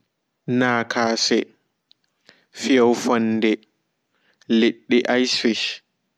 Naakaase feufonde liɗɗi ice fish